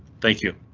thank you.